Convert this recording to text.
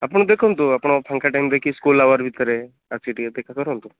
ଆପଣ ଦେଖନ୍ତୁ ଆପଣ ଫାଙ୍କା ଟାଇମ ଦେଖି ସ୍କୁଲ ଆୱାର ଭିତରେ ଆସିକି ଟିକେ ଦେଖା କରନ୍ତୁ